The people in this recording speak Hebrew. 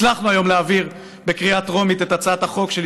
הצלחנו היום להעביר בקריאה טרומית את הצעת החוק שלי,